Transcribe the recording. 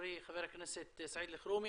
חברי חבר הכנסת סעיד אלחרומי,